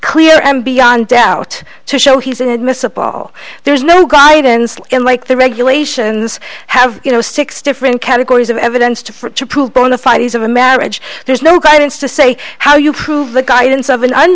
clear and beyond doubt to show he's in admissible there's no guidance and like the regulations have you know six different categories of evidence to prove bona fides of a marriage there's no guidance to say how you prove the guidance of an